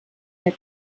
der